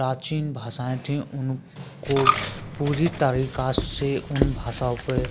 प्राचीन भाषाएँ थी उनको पूरी तरीके से उन भाषाओं पर